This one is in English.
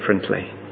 differently